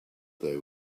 they